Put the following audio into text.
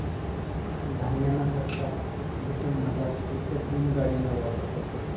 धान्यना करता ब्रिटनमझार चेसर बीन गाडिना वापर करतस